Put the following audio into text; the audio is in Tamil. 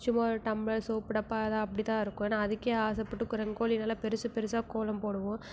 சும்மா ஒரு டம்ளர் சோப்பு டப்பா அதுதான் அப்படிதான் இருக்கும் ஆனால் அதுக்கே ஆசைப்பட்டு ரங்கோலி நல்லா பெருசு பெருசாக கோலம் போடுவோம்